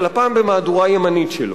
אבל הפעם במהדורה ימנית שלו,